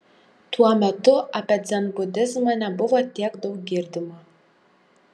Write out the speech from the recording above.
tuo metu apie dzenbudizmą nebuvo tiek daug girdima